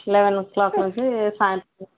eleven o'clock నుంచి sort